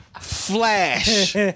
Flash